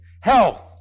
health